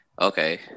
okay